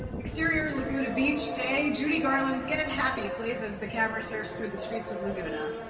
exterior laguna beach, day judy garland's get happy plays as the camera surfs through the streets of laguna.